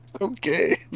okay